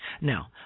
Now